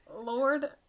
lord